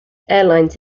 airlines